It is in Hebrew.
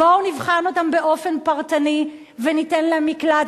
בואו נבחן אותם באופן פרטני וניתן להם מקלט,